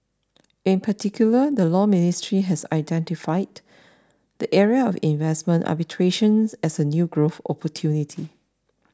in particular the Law Ministry has identified the area of investment arbitration as a new growth opportunity